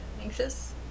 anxious